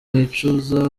yicuza